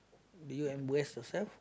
do you embrace yourself